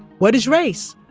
what is race?